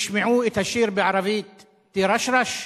תשמעו את השיר בערבית "תירשרש"?